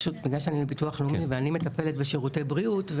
פשוט בגלל שאני מביטוח לאומי ואני מטפלת בשירותי בריאות,